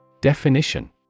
Definition